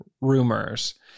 rumors